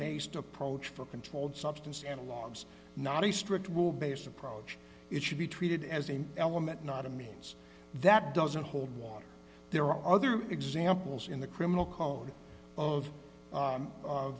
based approach for controlled substance analogues not a strict rule based approach it should be treated as an element not a means that doesn't hold water there are other examples in the criminal code of